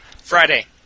Friday